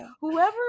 whoever